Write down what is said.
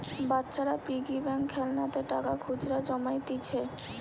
বাচ্চারা piggy bank খেলনাতে টাকা খুচরা জমাইতিছে